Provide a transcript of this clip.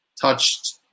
touched